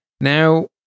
Now